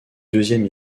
deuxième